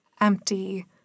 empty